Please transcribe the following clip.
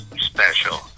special